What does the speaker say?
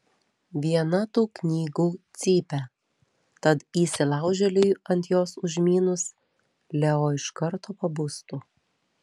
viena tų knygų cypia tad įsilaužėliui ant jos užmynus leo iš karto pabustų